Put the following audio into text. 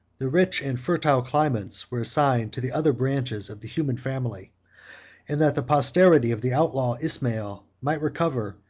the rich and fertile climates were assigned to the other branches of the human family and that the posterity of the outlaw ismael might recover,